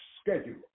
schedule